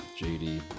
JD